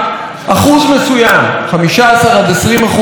15% עד 20% מתקציב הקולנוע,